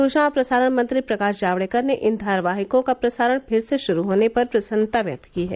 सूचना और प्रसारण मंत्री प्रकाश जावड़ेकर ने इन धारावाहिकों का प्रसारण फिर से शुरू होने पर प्रसन्नता व्यक्त की है